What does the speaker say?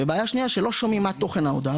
בעיה שנייה, שלא שומעים מה תוכן ההודעה.